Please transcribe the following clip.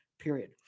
period